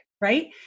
Right